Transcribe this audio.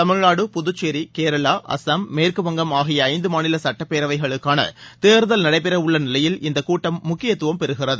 தமிழ்நாடு புதுச்சேி கேரளா அசாம் மேற்குவங்கம் ஆகிய ஐந்து மாநில சுட்டப்பேரவைகளுக்கான தேர்தல் நடைபெறவுள்ள நிலையில் இந்தக் கூட்டம் முக்கியத்துவம் பெறுகிறது